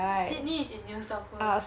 sydney is in new south wales